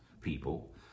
people